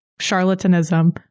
charlatanism